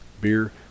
beer